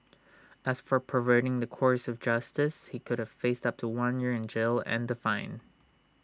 as for perverting the course of justice he could have faced up to one year in jail and the fine